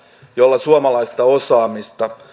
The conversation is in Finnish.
joilla suomalaista osaamista